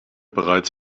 bereits